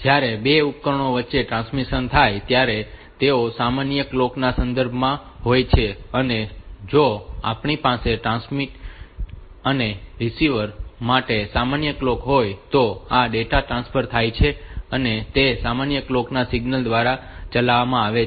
જ્યારે બે ઉપકરણો વચ્ચે ટ્રાન્સમિશન થાય ત્યારે તેઓ સામાન્ય કલોક ના સંદર્ભમાં હોય છે અને જો આપણી પાસે ટ્રાન્સમીટર અને રીસીવર માટે સામાન્ય કલોક હોય તો આ ડેટા ટ્રાન્સફર થાય છે અને તે સામાન્ય કલોક ના સિગ્નલ દ્વારા ચલાવવામાં આવે છે